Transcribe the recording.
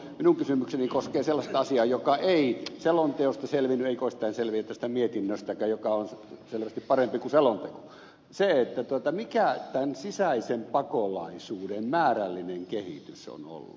minun kysymykseni koskee sellaista asiaa joka ei selonteosta selvinnyt eikä oikeastaan selviä tästä mietinnöstäkään joka on selvästi parempi kuin selonteko eli sitä mikä tämän sisäisen pakolaisuuden määrällinen kehitys on ollut